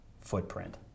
footprint